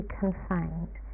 confined